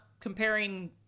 comparing